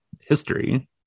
history